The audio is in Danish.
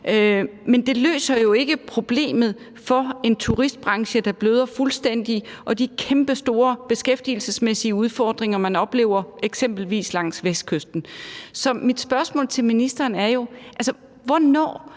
men det løser jo ikke problemet for en turistbranche, der bløder fuldstændig, og de kæmpestore beskæftigelsesmæssige udfordringer, man oplever, eksempelvis langs Vestkysten. Så mit spørgsmål til ministeren er jo: Hvornår?